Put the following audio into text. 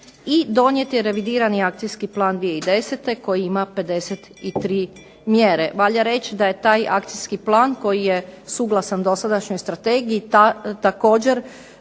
i donijet je revidirani akcijski plan 2010. koji ima 53 mjere. Valja reći da je taj akcijski plan, koji je suglasan dosadašnjoj strategiji, također